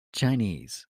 chinese